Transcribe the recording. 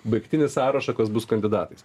baigtinį sąrašą kas bus kandidatais